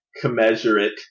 commensurate